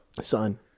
Son